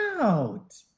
out